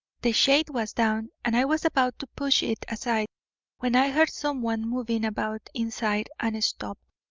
the shade was down and i was about to push it aside when i heard someone moving about inside and stopped.